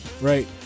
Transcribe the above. right